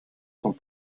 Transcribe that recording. sont